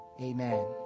amen